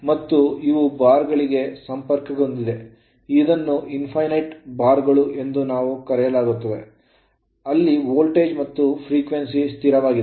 ಮತ್ತು ಇದು ಬಾರ್ ಗಳಿಗೆ ಸಂಪರ್ಕಹೊಂದಿದೆ ಇದನ್ನು infinite ಬಾರ್ ಗಳು ಎಂದು ಕರೆಯಲಾಗುತ್ತದೆ ಅಲ್ಲಿ ವೋಲ್ಟೇಜ್ ಮತ್ತು frequency ಆವರ್ತನವು ಸ್ಥಿರವಾಗಿದೆ